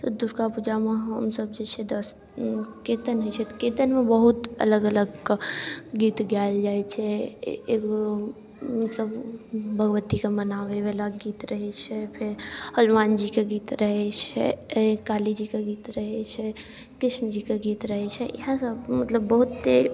दुर्गापूजामे हमसब जे छै दस कीर्तन होइ छै तऽ कीर्तनमे बहुत अलग अलगके गीत गाएल जाइ छै एगो मतलब भगवतीके मनाबैवला गीत रहै छै फेर हनुमानजीके गीत रहै छै कालीजीके गीत रहै छै कृष्णजीके गीत रहै छै इएहसब मतलब बहुते